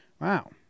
Wow